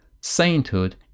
sainthood